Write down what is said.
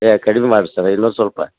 ಏ ಕಡ್ಮಿ ಮಾಡ್ರಿ ಸರ ಇನೊಂನ್ ಸ್ವಲ್ಪ